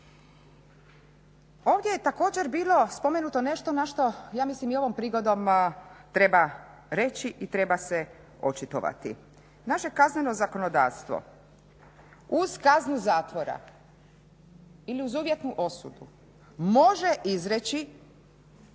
Ovdje je također bilo spomenuto nešto na što ja mislim i ovom prigodom treba reći i treba se očitovati. Naše kazneno zakonodavstvo uz kaznu zatvora ili uz uvjetnu osudu može izreći